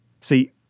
See